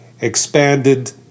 expanded